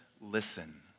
listen